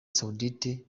saudite